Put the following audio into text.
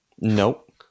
Nope